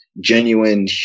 genuine